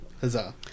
Huzzah